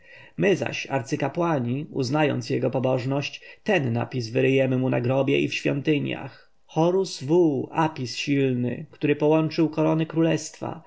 my zaś arcykapłani uznając jego pobożność ten napis wyryjemy mu na grobie i w świątyniach horus wół apis silny który połączył korony królestwa